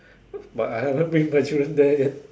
but I haven't bring my children there yet